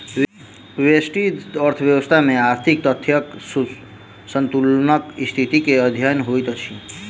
व्यष्टि अर्थशास्त्र में आर्थिक तथ्यक संतुलनक स्थिति के अध्ययन होइत अछि